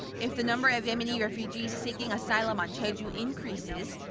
if the number of yemeni refugees seeking asylum on jeju increases.